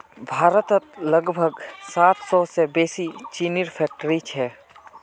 भारतत लगभग सात सौ से बेसि चीनीर फैक्ट्रि छे